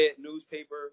newspaper